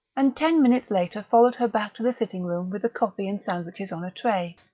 and ten minutes later followed her back to the sitting-room with the coffee and sandwiches on a tray.